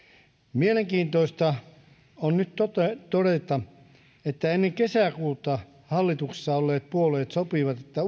mielenkiintoista on nyt todeta että ennen kesäkuuta hallituksessa olleet puolueet sopivat että